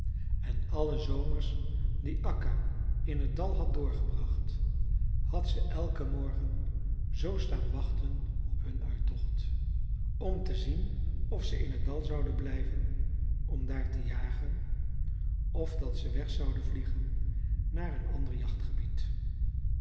en alle zomers die akka in t dal had doorgebracht had ze elken morgen zoo staan wachten op hun uittocht om te zien of ze in t dal zouden blijven om daar te jagen of dat ze weg zouden vliegen naar een ander